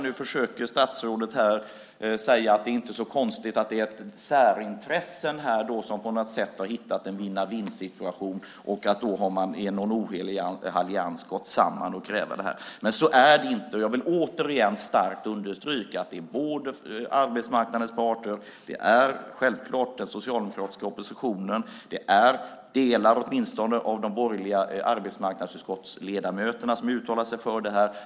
Nu försöker statsrådet säga att det inte är så konstigt och att det är särintressen som på något sätt har hittat en vinn-vinn-situation och i en ohelig allians har gått samman och kräver det här. Men så är det inte. Jag vill återigen starkt understryka att det är arbetsmarknadens parter, självklart den socialdemokratiska oppositionen och flera av de borgerliga arbetsmarknadsutskottsledamöterna som uttalat sig för det här.